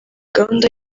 gahunda